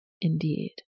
Indeed